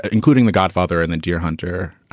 including the godfather and the deer hunter.